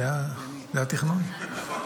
זה התכנון?